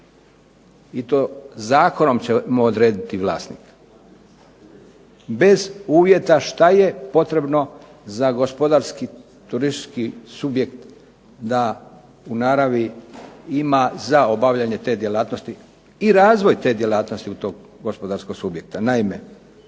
i to zakonom ćemo odrediti vlasnika bez uvjeta šta je potrebno za gospodarski, turistički subjekt da u naravi ima za obavljanje te djelatnosti i razvoj te djelatnosti tog gospodarskog subjekta. Naime,